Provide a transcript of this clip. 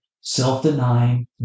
self-denying